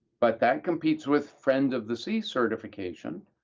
but that competes with friend of the sea certification,